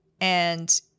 and-